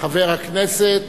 חבר הכנסת